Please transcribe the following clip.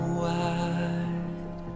wide